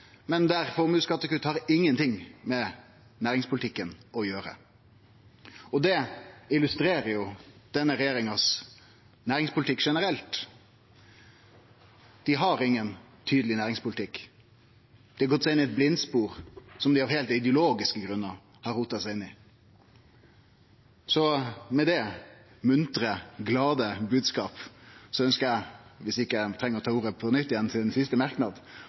men der formuesskattekutt ikkje har noko med næringspolitikken å gjere. Det illustrerer næringspolitikken til denne regjeringa generelt. Dei har ingen tydeleg næringspolitikk. Dei har gått seg inn i eit blindspor som dei av heilt ideologiske grunnar har rota seg inn i. Med den muntre, glade bodskapen ønskjer eg, viss eg ikkje treng å ta ordet på nytt igjen til ein siste merknad,